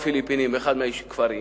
בפיליפינים, מאחד הכפרים,